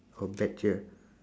oh bet here